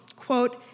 quote,